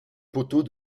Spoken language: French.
poteau